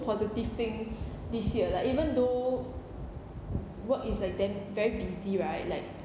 positive thing this year lah even though work is like damn very busy right like